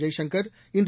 ஜெய்சங்கர் இன்று